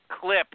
clip